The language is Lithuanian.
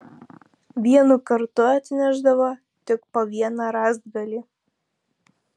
vienu kartu atnešdavo tik po vieną rąstgalį